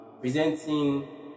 presenting